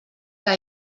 que